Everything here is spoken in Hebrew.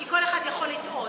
כי כל אחד יכול לטעות,